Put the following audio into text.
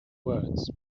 words